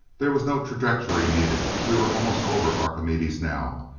there was no trajectory needed. we were almost over archimedes now.